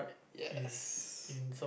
yes